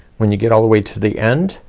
when you get all the way to the end,